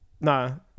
No